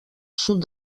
sud